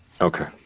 Okay